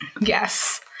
Yes